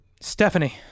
Stephanie